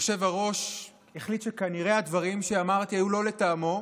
היושב-ראש החליט שכנראה הדברים שאמרתי היו לא לטעמו,